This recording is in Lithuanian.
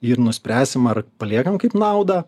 ir nuspręsim ar paliekam kaip naudą